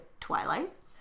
Twilight